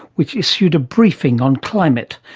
which issued a briefing on climate.